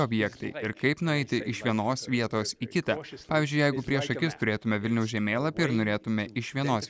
objektai ir kaip nueiti iš vienos vietos į kitą pavyzdžiui jeigu prieš akis turėtume vilniaus žemėlapį ir norėtume iš vienos